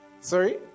Sorry